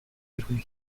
between